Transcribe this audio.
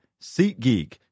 SeatGeek